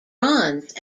bronze